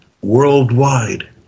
worldwide